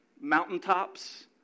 Mountaintops